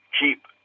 keep